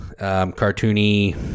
cartoony